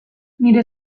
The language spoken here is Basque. nire